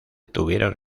tuvieron